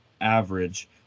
average